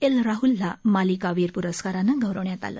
L राहलला मालिकावीर प्रस्कारानं गौरवण्यात आलं